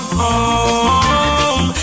home